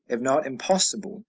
if not impossible,